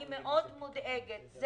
אני מודאגת מאוד.